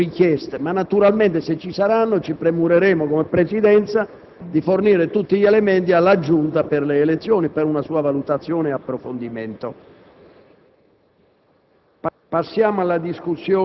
Non ho ancora avuto segnalazioni o richieste, ma naturalmente, se ci saranno, ci premureremo, come Presidenza, di fornire tutti gli elementi alla Giunta delle elezioni per consentire un approfondimento